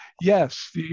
yes